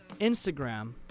Instagram